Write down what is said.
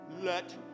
Let